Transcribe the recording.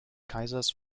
kaisers